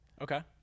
Okay